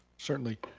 certainly,